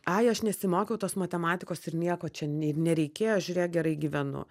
ai aš nesimokiau tos matematikos ir nieko čia nei nereikėjo žiūrėk gerai gyvenu